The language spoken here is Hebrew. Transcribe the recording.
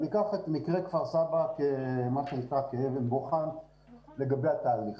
אני אקח את מקרה כפר סבא כאבן בוחן לגבי התהליך.